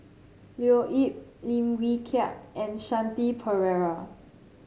Leo Yip Lim Wee Kiak and Shanti Pereira